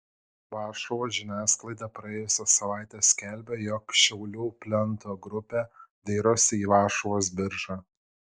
varšuvos žiniasklaida praėjusią savaitę skelbė jog šiaulių plento grupė dairosi į varšuvos biržą